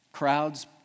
Crowds